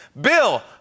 Bill